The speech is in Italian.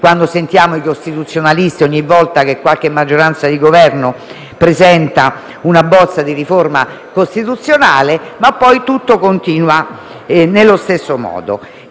da parte di costituzionalisti ogniqualvolta qualche maggioranza di Governo presenti una bozza di riforma costituzionale, ma poi tutto continua nello stesso modo.